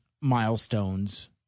milestones